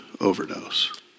overdose